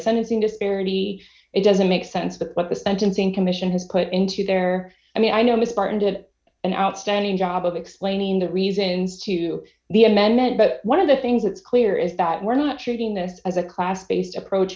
sentencing disparity it doesn't make sense that what the sentencing commission has put into their i mean i know it's part of an outstanding job of explaining the reasons to the amendment but one of the things that's clear is that we're not treating this as a class based approach